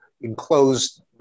enclosed